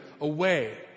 away